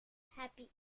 happy